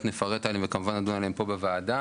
נפרט עליהם וכמובן נדון עליהם פה בוועדה,